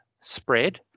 spread